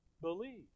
believe